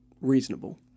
reasonable